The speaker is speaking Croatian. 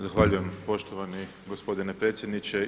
Zahvaljujem poštovani gospodine predsjedniče.